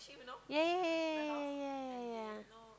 ya ya ya ya ya ya ya